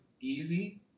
easy